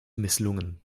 misslungen